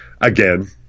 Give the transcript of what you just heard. again